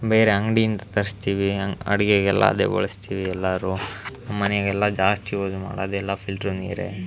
ಬೇರೆ ಅಂಗಡಿಯಿಂದ ತರಿಸ್ತೀವಿ ಅಡುಗೆಗೆಲ್ಲ ಅದೇ ಬಳಸ್ತೀವಿ ಎಲ್ಲರು ಮನೆಗೆಲ್ಲ ಜಾಸ್ತಿ ಯೂಸ್ ಮಾಡೋದೆಲ್ಲ ಫಿಲ್ಟ್ರ್ ನೀರೆ